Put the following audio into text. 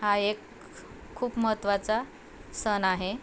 हा एक खूप महत्त्वाचा सण आहे